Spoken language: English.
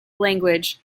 language